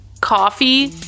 coffee